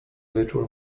wieczór